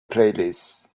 playlist